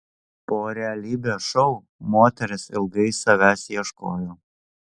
po realybės šou moteris ilgai savęs ieškojo